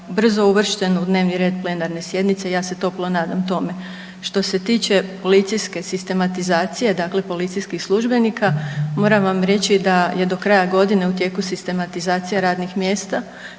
uvršteno u dnevni red plenarne sjednice, ja se toplo nadam tome. Što se tiče policijske sistematizacije, dakle policijskih službenika, moram vam reći da je do kraja godine sistematizacija radnih mjesta,